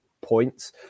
points